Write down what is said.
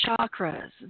chakras